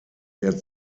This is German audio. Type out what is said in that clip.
der